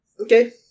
Okay